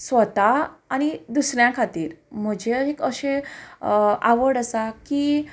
स्वता आनी दुसऱ्या खातीर म्हजे एक अशे आवड आसा की